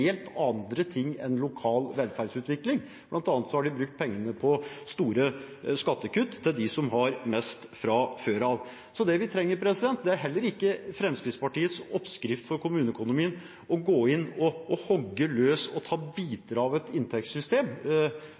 helt andre ting enn lokal velferdsutvikling. Blant annet har de brukt pengene på store skattekutt til dem som har mest fra før. Det vi trenger, er ikke Fremskrittspartiets oppskrift for kommuneøkonomien – å gå inn og hugge løs og ta biter av et inntektssystem.